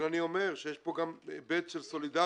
אני אומר שיש כאן גם היבט של סולידריות.